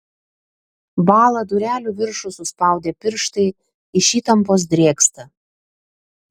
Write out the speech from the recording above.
bąla durelių viršų suspaudę pirštai iš įtampos drėgsta